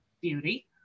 beauty